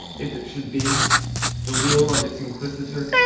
if it should be the will of its inquisitor,